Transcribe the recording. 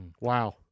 Wow